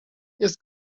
jest